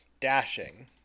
dashing